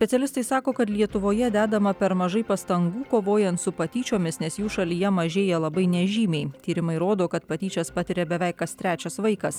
specialistai sako kad lietuvoje dedama per mažai pastangų kovojant su patyčiomis nes jų šalyje mažėja labai nežymiai tyrimai rodo kad patyčias patiria beveik kas trečias vaikas